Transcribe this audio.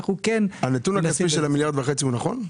הנתון הכספי של המיליארד וחצי נכון?